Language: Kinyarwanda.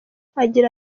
agira